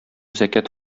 зәкят